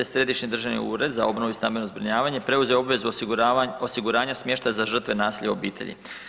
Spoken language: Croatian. Središnji državni ured za obnovu i stambeno zbrinjavanje preuzeo je obvezu osiguranja smještaja za žrtve nasilja u obitelji.